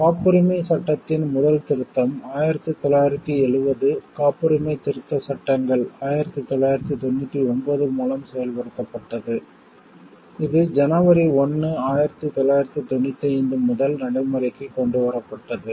காப்புரிமைச் சட்டத்தின் patent act முதல் திருத்தம் 1970 காப்புரிமை திருத்தச் சட்டங்கள் 1999 மூலம் செயல்படுத்தப்பட்டது இது ஜனவரி 1 1995 முதல் நடைமுறைக்கு கொண்டு வரப்பட்டது